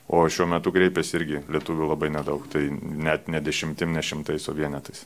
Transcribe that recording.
o šiuo metu kreipiasi irgi lietuvių labai nedaug tai net ne dešimtim ne šimtais o vienetais